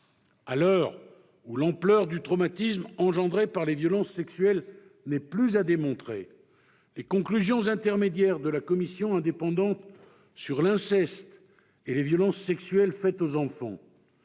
À l'heure où l'ampleur du traumatisme engendré par les violences sexuelles n'est plus à démontrer, les conclusions intermédiaires de la Commission indépendante sur l'inceste et les violences sexuelles faites aux enfants